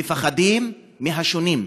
מפחדים מהשונים.